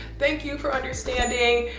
thank you for understanding,